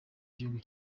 gihugu